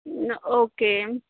okay